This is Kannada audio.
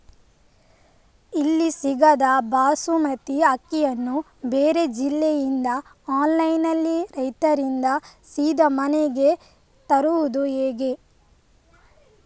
ಇಲ್ಲಿ ಸಿಗದ ಬಾಸುಮತಿ ಅಕ್ಕಿಯನ್ನು ಬೇರೆ ಜಿಲ್ಲೆ ಇಂದ ಆನ್ಲೈನ್ನಲ್ಲಿ ರೈತರಿಂದ ಸೀದಾ ಮನೆಗೆ ತರಿಸುವುದು ಹೇಗೆ?